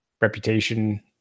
reputation